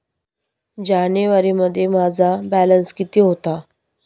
जानेवारीमध्ये माझा बॅलन्स किती होता?